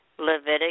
Leviticus